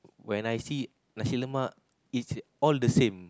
when I see nasi-lemak it's all the same